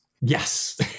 yes